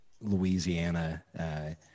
Louisiana